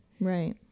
Right